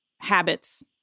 habits